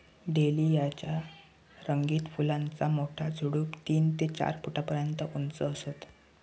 dahlia च्या रंगीत फुलांचा मोठा झुडूप तीन ते चार फुटापर्यंत उंच असतं